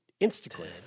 Instagram